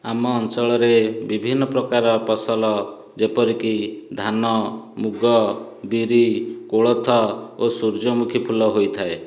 ଆମ ଅଞ୍ଚଳରେ ବିଭିନ୍ନ ପ୍ରକାର ଫସଲ ଯେପରିକି ଧାନ ମୁଗ ବିରି କୋଳଥ ଓ ସୂର୍ଯ୍ୟମୁଖୀ ଫୁଲ ହୋଇଥାଏ